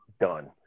done